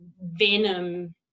venom